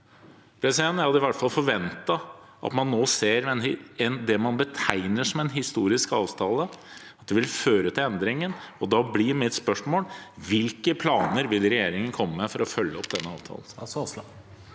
Jeg hadde i hvert fall forventet at det man betegner som en historisk avtale, ville føre til endringer. Da blir mitt spørsmål: Hvilke planer vil regjeringen komme med for å følge opp denne avtalen?